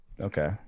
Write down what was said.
okay